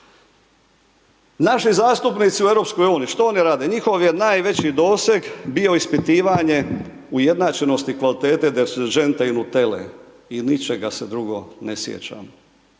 Naši zastupnici u EU, što oni rade? Njihov je najveći doseg bio ispitivanje ujednačenosti kvalitete deterdženta i nutele i ničega se drugo ne sjećam,